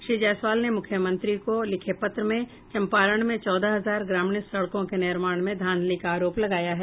श्री जायसवाल ने मुख्यमंत्री को लिखे पत्र में चंपारण में चौदह हजार ग्रामीण सड़कों के निर्माण में धांधली का आरोप लगाया है